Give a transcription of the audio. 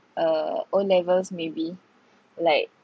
err O levels maybe like